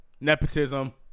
Nepotism